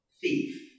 thief